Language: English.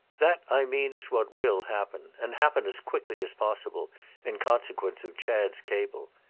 that, i mean, is what will happen and happen as quickly as possible in consequence of chad's cable.